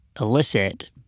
illicit